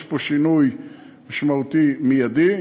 יש פה שינוי משמעותי מיידי,